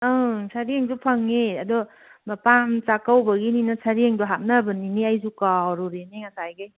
ꯑꯪ ꯁꯔꯦꯡꯁꯨ ꯐꯪꯉꯤ ꯑꯗꯣ ꯃꯄꯥꯝ ꯆꯥꯛꯀꯧꯕꯒꯤꯅꯤꯅ ꯁꯔꯦꯡꯗꯣ ꯍꯦꯞꯅꯕꯅꯤꯅꯦ ꯑꯩꯁꯨ ꯀꯥꯎꯔꯨꯔꯦꯅꯦ ꯉꯁꯥꯏꯈꯩ